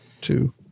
Two